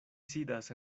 sidas